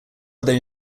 other